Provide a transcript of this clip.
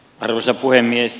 arvoisa puhemies